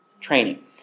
training